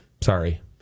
Sorry